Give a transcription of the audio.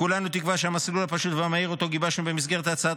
כולנו תקווה שהמסלול הפשוט והמהיר שאותו גיבשנו במסגרת הצעת